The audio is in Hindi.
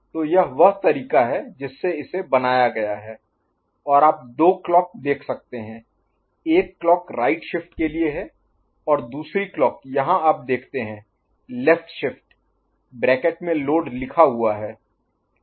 तो यह वह तरीका है जिससे इसे बनाया गया है और आप दो क्लॉक देख सकते हैं एक क्लॉक राइट शिफ्ट के लिए है और दूसरी क्लॉक यहां आप देखते हैं लेफ्ट शिफ्ट ब्रैकेट Bracket कोष्ठक में लोड लिखा हुआ है